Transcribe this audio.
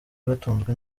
batunzwe